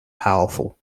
powerful